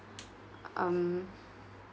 um